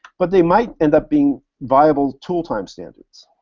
but they might end up being viable tool time standards.